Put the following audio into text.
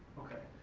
okay,